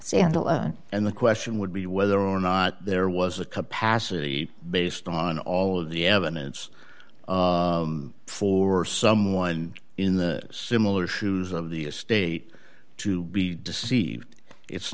claim and the question would be whether or not there was a capacity based on all of the evidence for someone in the similar shoes of the state to be deceived it's